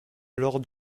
lors